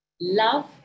Love